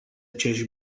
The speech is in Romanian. acești